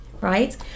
right